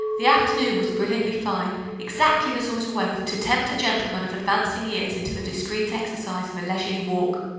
the afternoon was brilliantly fine, exactly the sort of weather to tempt a gentleman of advancing years into the discreet exercise of a leisurely walk.